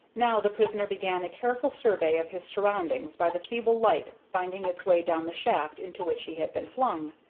now the prisoner began a careful survey of his surroundings by the feeble light finding its way down the shaft into which he had been flung.